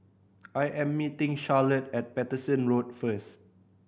I am meeting Charlotte at Paterson Road first